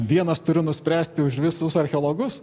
vienas turiu nuspręsti už visus archeologus